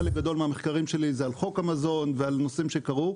חלק גדול מהמחקרים שלי זה על חוק המזון ועל נושאים שקרו.